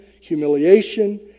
humiliation